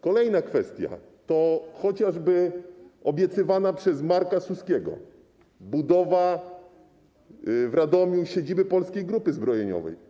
Kolejna kwestia to chociażby obiecywana przez Marka Suskiego budowa w Radomiu siedziby Polskiej Grupy Zbrojeniowej.